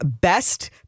best